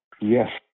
Yes